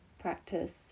practice